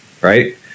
right